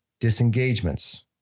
disengagements